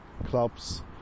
clubs